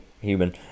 human